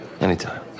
Anytime